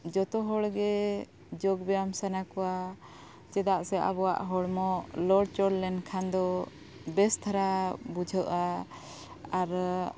ᱡᱚᱛᱚ ᱦᱚᱲᱜᱮ ᱡᱳᱜ ᱵᱮᱭᱟᱢ ᱥᱟᱱᱟ ᱠᱚᱣᱟ ᱪᱮᱫᱟᱜ ᱥᱮ ᱟᱵᱚᱣᱟᱜ ᱦᱚᱲᱢᱚ ᱱᱚᱲᱪᱚᱲ ᱞᱮᱱᱠᱷᱟᱱ ᱫᱚ ᱵᱮᱥ ᱫᱷᱟᱨᱟ ᱵᱩᱡᱷᱟᱹᱜᱼᱟ ᱟᱨ